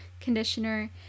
conditioner